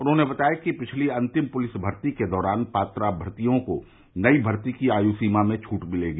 उन्होंने बताया कि पिछली अन्तिम पुलिस भर्ती के दौरान पात्र अम्यर्थियों को नई भर्ती की आयु सीमा में छूट मिलेगी